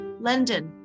London